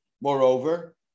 Moreover